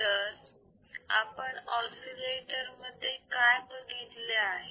तर आपण ऑसिलेटर मध्ये काय बघितले आहे